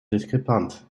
diskrepanz